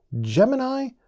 Gemini